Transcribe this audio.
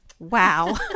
wow